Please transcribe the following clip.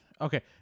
Okay